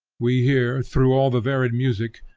we hear, through all the varied music,